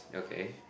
okay